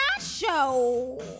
Show